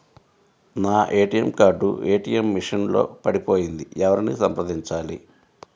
నా ATM card ATM machine లో పడిపోయింది ఎవరిని సంప్రదించాలి?